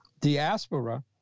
diaspora